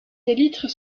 élytres